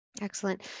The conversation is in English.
Excellent